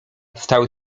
stały